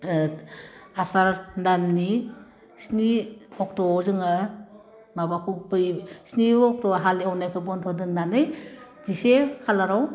ओह आसार दाननि स्नि अक्ट'आव जोङो माबाखौ बै स्नि अक्ट'आव हाल एवनायखौ बन्द' दोन्नानै जिसे खालाराव